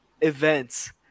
events